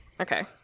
Okay